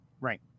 Right